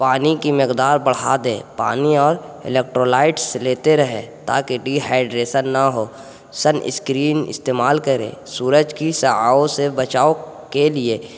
پانی کی مقدار بڑھا دے پانی اور الیکٹرولائٹس لیتے رہے تاکہ ڈیہائڈریشن نہ ہو سن اسکرین استعمال کریں سورج کی شعاعوں سے بچاؤ کے لیے